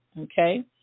okay